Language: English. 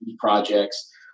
projects